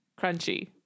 crunchy